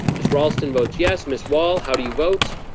miss raulston votes yes. miss wall, how do you vote?